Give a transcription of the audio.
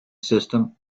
system